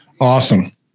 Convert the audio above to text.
Awesome